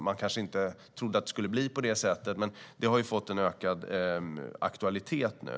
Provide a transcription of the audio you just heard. Man kanske inte trodde att det skulle bli på det sättet, men det har fått ökad aktualitet nu.